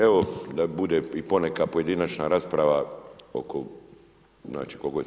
Evo, da bude i poneka pojedinačna rasprava oko znači, koliko je sad?